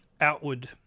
outward